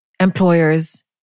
employers